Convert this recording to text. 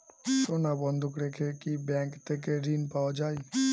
সোনা বন্ধক রেখে কি ব্যাংক থেকে ঋণ পাওয়া য়ায়?